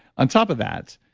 on top of that,